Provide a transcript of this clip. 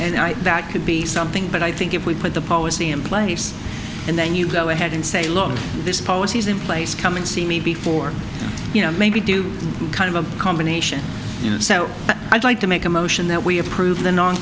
i that could be something but i think if we put the policy in place and then you go ahead and say look this policies in place come and see me before you know maybe do kind of a combination you know so i'd like to make a motion that we approve the non